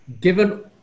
given